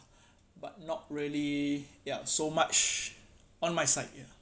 but not really ya so much on my side ya